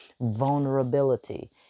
vulnerability